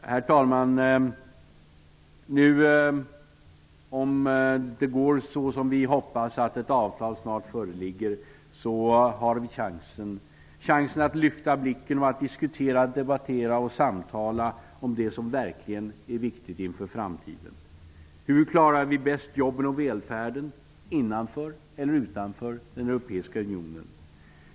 Herr talman! Om det går så som vi hoppas, att ett avtal snart föreligger, har vi chansen att lyfta blicken och diskutera, debattera och samtala om det som verkligen är viktigt inför framtiden: Hur klarar vi bäst jobben och välfärden, innanför eller utanför den europeiska unionen?